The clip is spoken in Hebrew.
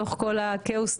בתוך כל הכאוס,